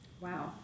Wow